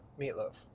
meatloaf